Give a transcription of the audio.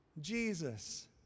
Jesus